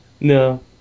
No